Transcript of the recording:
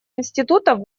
институтов